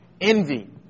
Envy